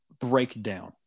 Breakdown